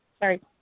sorry